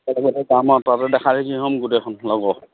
তাতে তেতিয়াহ'লে যাম আৰু তাতে দেখাদেখি হ'ম গোটেইখন লগ হ'ম